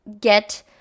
get